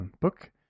book